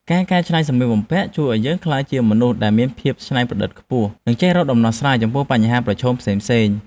ការកែច្នៃសម្លៀកបំពាក់ជួយឱ្យយើងក្លាយជាមនុស្សដែលមានភាពច្នៃប្រឌិតខ្ពស់ និងចេះរកដំណោះស្រាយចំពោះបញ្ហាប្រឈមផ្សេងៗ។